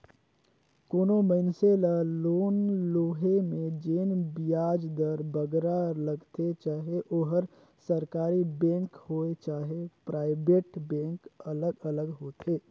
कोनो मइनसे ल लोन लोहे में जेन बियाज दर बगरा लगथे चहे ओहर सरकारी बेंक होए चहे पराइबेट बेंक अलग अलग होथे